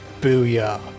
Booyah